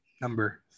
number